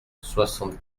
soixante